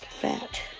that